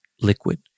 Liquid